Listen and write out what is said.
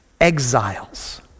Exiles